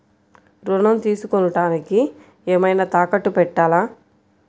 ఋణం తీసుకొనుటానికి ఏమైనా తాకట్టు పెట్టాలా?